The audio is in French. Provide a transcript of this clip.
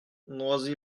noisy